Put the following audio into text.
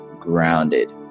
Grounded